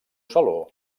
saló